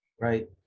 Right